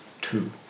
Two